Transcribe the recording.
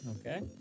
Okay